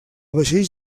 vaixells